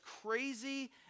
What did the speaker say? crazy